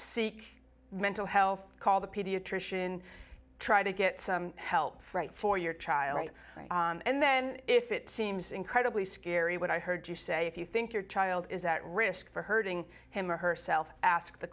seek mental health call the pediatrician try to get some help right for your child and then if it seems incredibly scary what i heard you say if you think your child is at risk for hurting him or herself ask the